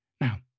Now